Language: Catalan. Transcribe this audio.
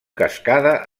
cascada